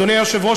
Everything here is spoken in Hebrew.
אדוני היושב-ראש,